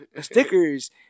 stickers